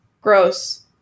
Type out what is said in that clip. Gross